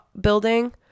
building